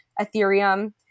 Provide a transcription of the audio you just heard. Ethereum